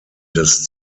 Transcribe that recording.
des